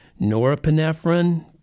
norepinephrine